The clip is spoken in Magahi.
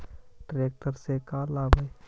ट्रेक्टर से का लाभ है?